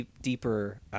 deeper